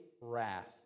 wrath